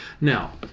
now